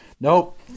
nope